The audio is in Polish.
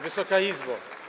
Wysoka Izbo!